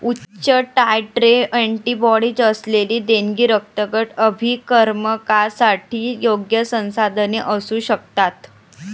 उच्च titre antibodies असलेली देणगी रक्तगट अभिकर्मकांसाठी योग्य संसाधने असू शकतात